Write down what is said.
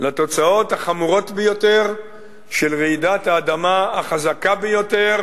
לתוצאות החמורות ביותר של רעידת האדמה החזקה ביותר